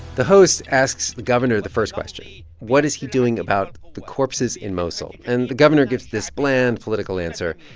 the host asks the governor the first question. what is he doing about the corpses in mosul? and the governor gives this bland, political answer.